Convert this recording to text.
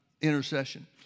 intercession